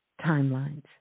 timelines